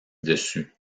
dessus